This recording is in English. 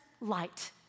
light